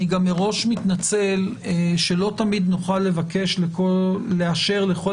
אני מראש מתנצל שלא תמיד נוכל לאשר לכל